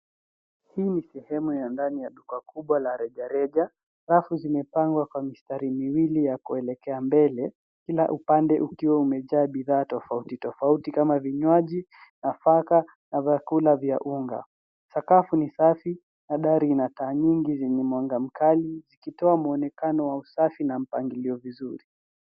Hii ni sehemu ya ndani ya duka kubwa la reja reja. Safu zimepangwa kwa mistari miwili ya kuelekea mbele kila upande ukiwa umejaa bidhaa tofauti tofauti kama vinywaji, nafaka na vyakula vya unga. Sakafu ni safi na dari inataa nyingi zenye mwanga mkali zikitoa muonekano wa usafi na mpangilio vizuri.